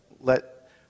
let